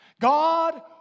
God